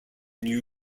new